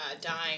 dying